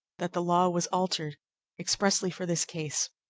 that the law was altered expressly for this case,